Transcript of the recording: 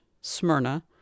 Smyrna